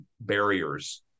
barriers